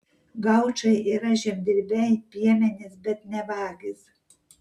gaučai yra žemdirbiai piemenys bet ne vagys